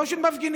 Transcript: לא של מפגינים,